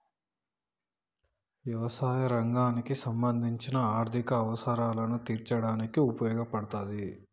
యవసాయ రంగానికి సంబంధించిన ఆర్ధిక అవసరాలను తీర్చడానికి ఉపయోగపడతాది